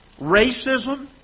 Racism